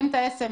שאותר.